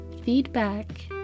feedback